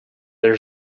there